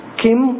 kim